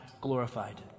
glorified